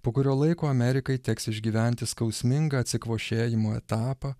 po kurio laiko amerikai teks išgyventi skausmingą atsikvošėjimo etapą